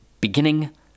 Beginning